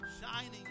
shining